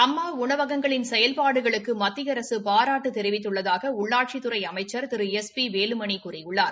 அம்மா உணவகங்களின் செயல்பாடுகளுக்கு மத்திய அரசு பாராட்டு தெரிவித்துள்ளதாக உள்ளாட்சித்துறை அமைச்ச் திரு எஸ் பி வேலுமணி கூறியுள்ளார்